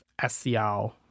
SCL